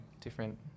different